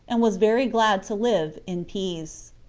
and was very glad to live in peace.